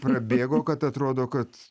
prabėgo kad atrodo kad